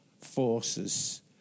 forces